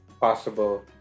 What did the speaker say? possible